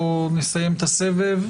נכון שיש גם את ההתנהגות הטובה,